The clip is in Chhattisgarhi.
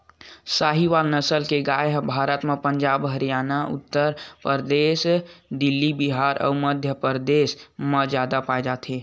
साहीवाल नसल के गाय ह भारत म पंजाब, हरयाना, उत्तर परदेस, दिल्ली, बिहार अउ मध्यपरदेस म जादा पाए जाथे